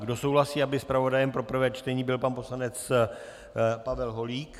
Kdo souhlasí, aby zpravodajem pro prvé čtení byl pan poslanec Pavel Holík?